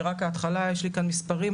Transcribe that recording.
יש לי כאן מספרים,